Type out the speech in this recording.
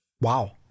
Wow